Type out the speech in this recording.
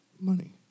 Money